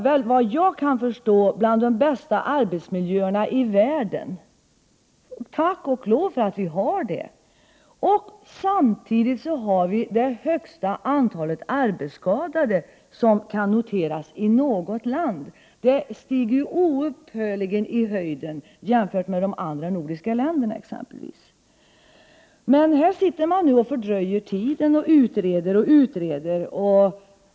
Såvitt jag kan förstå är arbetsmiljöerna i Sverige bland de bästa i världen. Tack och lov för att det är så. Samtidigt har vi det högsta antalet arbetsskador som kan noteras i något land. Det stiger oupphörligt i höjden jämfört med exempelvis de andra nordiska länderna. Här sitter man nu och fördröjer tiden och utreder.